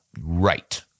Right